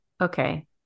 okay